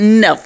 no